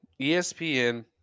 ESPN